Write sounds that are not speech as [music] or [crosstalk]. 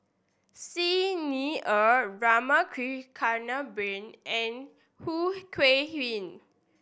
Xi Ni Er Rama [unintelligible] Kannabiran and Khoo Kay Hian